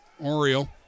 Oriole